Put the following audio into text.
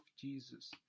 Jesus